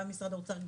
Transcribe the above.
גם משרד האוצר,